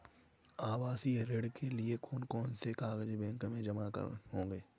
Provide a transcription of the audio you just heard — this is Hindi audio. आवासीय ऋण के लिए कौन कौन से कागज बैंक में जमा होंगे?